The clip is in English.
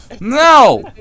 No